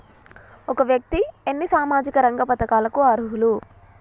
ఒక వ్యక్తి ఎన్ని సామాజిక రంగ పథకాలకు అర్హులు?